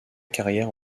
carrière